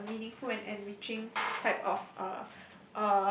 said such a meaningful and enriching type of uh